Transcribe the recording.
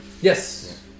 Yes